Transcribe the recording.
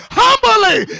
humbly